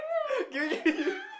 give me give you